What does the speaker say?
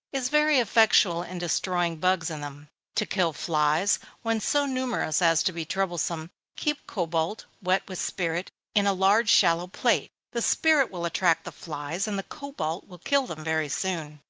is very effectual in destroying bugs in them. to kill flies, when so numerous as to be troublesome, keep cobalt, wet with spirit, in a large shallow plate. the spirit will attract the flies, and the cobalt will kill them very soon.